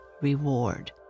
reward